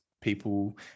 people